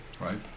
right